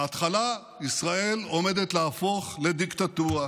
בהתחלה: ישראל עומדת להפוך לדיקטטורה,